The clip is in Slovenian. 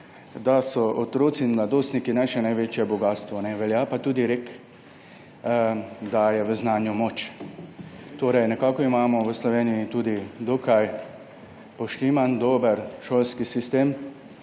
da so otroci in mladostniki naše največje bogastvo. Velja pa tudi rek, da je v znanju moč. Nekako imamo v Sloveniji tudi dokaj poštiman, dober šolski sistem.